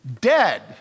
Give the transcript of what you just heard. dead